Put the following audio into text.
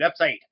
website